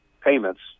payments